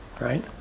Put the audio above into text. right